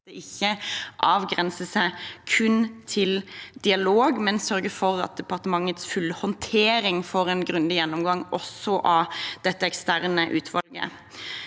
ikke avgrenser seg kun til dialog, men at departementets fulle håndtering får en grundig gjennomgang av det eksterne utvalget.